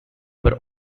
were